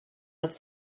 els